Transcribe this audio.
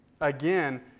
Again